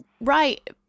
Right